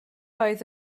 oedd